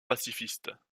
pacifistes